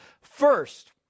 First